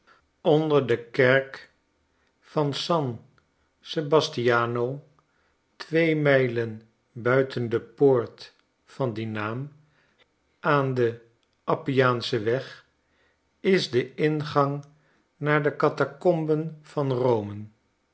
onder de kerk van san sebastiano twee mijlen buiten de poort van dien naam aan den appiaanschen weg is de ingang naar de catacomben vanrome